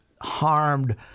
harmed –